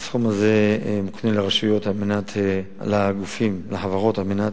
2 3. הסכום הזה מוקנה לגופים לחברות על מנת